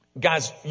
Guys